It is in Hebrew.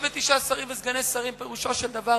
39 שרים וסגני שרים, פירושו של דבר